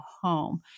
home